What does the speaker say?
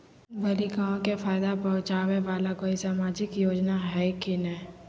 बालिकाओं के फ़ायदा पहुँचाबे वाला कोई सामाजिक योजना हइ की नय?